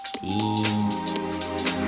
peace